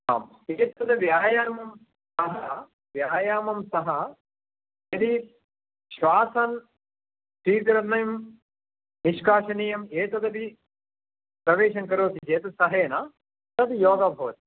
आं चिकित्सकव्यायामं सह व्यायामं सह यदि श्वासं स्विकरणीयं निष्कासनीयम् एतदपि प्रवेशं करोति चेत् सहेन तद्योगः भवति